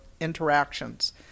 interactions